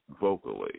vocally